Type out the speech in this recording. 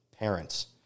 parents